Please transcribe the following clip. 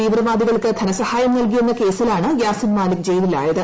തീവ്ര വാദികൾക്ക് ധനസഹായം നൽകിയെന്ന കേസിലാണ് യാസിൻ മാലിക് ജയിലിലായത്